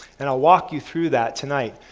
and i'll walk you through that tonight.